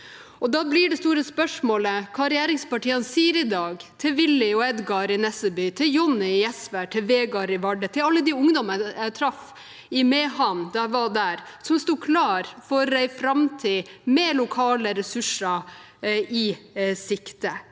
Da blir det store spørsmålet hva regjeringspartiene sier i dag – til Willy og Edgar i Nesseby, til Johnny i Gjesvær, til Vegard i Vardø, til alle de ungdommene jeg traff i Mehamn da jeg var der, som sto klar for en framtid med lokale ressurser i sikte,